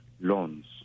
loans